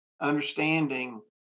understanding